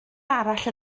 arall